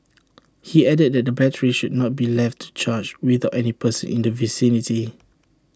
he added that the batteries should not be left to charge without any person in the vicinity